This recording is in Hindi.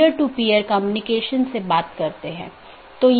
प्रत्येक EBGP राउटर अलग ऑटॉनमस सिस्टम में हैं